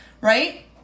Right